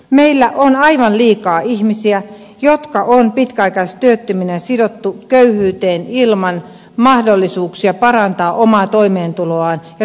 meillä on aivan liikaa ihmisiä jotka on pitkäaikaistyöttöminä sidottu köyhyyteen ilman mahdollisuuksia parantaa omaa toimeentuloaan ja tulevaisuuden turvaansa